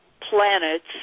planets